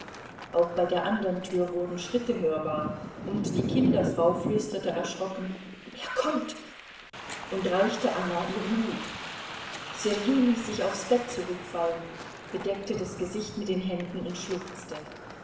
auch bei der andern tür wurden schritte hörbar und die kinderfrau flüsterte erschrocken er kommt und reichte anna ihren hut sergei ließ sich aufs bett zurückfallen bedeckte das gesicht mit den händen und schluchzte